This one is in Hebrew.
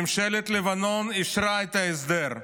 ממשלת לבנון אישרה את ההסדר,